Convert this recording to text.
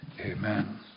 Amen